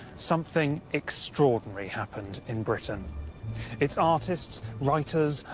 something extraordinary happened in britain its artists, writers,